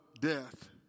death